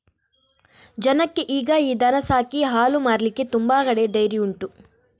ಜನಕ್ಕೆ ಈಗ ಈ ದನ ಸಾಕಿ ಹಾಲು ಮಾರ್ಲಿಕ್ಕೆ ತುಂಬಾ ಕಡೆ ಡೈರಿ ಉಂಟು